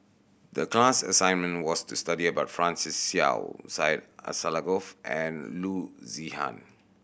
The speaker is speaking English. the class assignment was to study about Francis Seow Syed Alsagoff and Loo Zihan